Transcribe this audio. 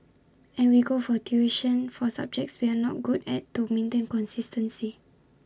and we go for tuition for subjects we are not good at to maintain consistency